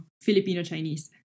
Filipino-Chinese